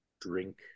drink